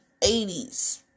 80s